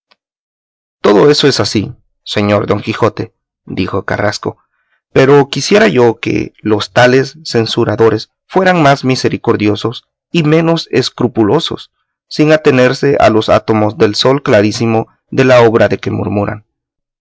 todo eso es así señor don quijote dijo carrasco pero quisiera yo que los tales censuradores fueran más misericordiosos y menos escrupulosos sin atenerse a los átomos del sol clarísimo de la obra de que murmuran